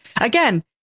again